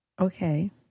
Okay